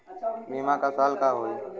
बीमा क साल क होई?